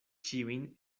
ĉiujn